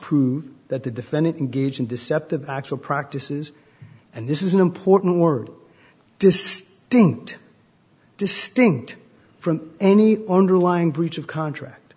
prove that the defendant engaged in deceptive actual practices and this is an important word this stink distinct from any underlying breach of contract